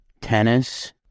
tennis